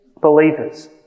believers